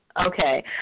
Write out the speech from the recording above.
Okay